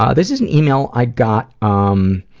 um this is an email i got um,